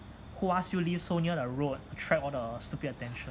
who ask you live so near the road attract all the stupid attention